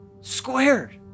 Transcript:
squared